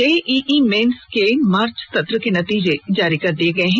JEE mains के मार्च सत्र के नतीजे जारी कर दिये गये हैं